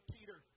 Peter